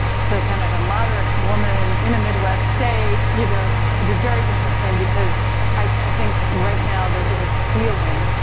so kind of a moderate woman in a midwest state, you know, it will be very interesting because i, i think right now there is a feeling